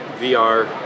VR